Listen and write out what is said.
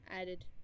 Added